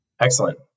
Excellent